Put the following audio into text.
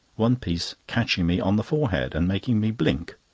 one piece catching me on the forehead, and making me blink.